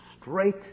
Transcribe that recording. straight